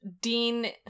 Dean